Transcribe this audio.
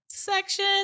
Section